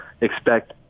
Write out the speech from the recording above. expect